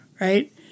right